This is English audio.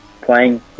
playing